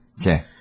Okay